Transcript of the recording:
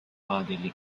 vadeli